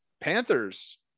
panthers